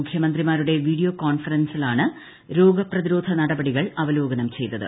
മുഖ്യമന്ത്രിമാരുടെ video കോൺഫറൻസിലാണ് രോഗപ്രതിരോധ നടപടികൾ അവലോകനം ചെയ്തത്